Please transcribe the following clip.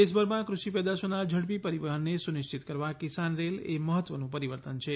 દેશભરમાં કૃષિ પેદાશોના ઝડપી પરિવહનને સુનિશ્ચિત કરવા કિસાન રેલ એ મહત્વનું પરિવર્તન છે